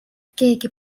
keegi